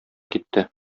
китте